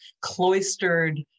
cloistered